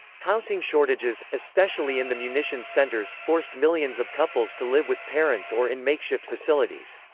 housing shortages, especially in the munitions centers, forced millions of couples to live with parents or in makeshift facilities.